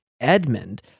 Edmund